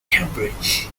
cambridge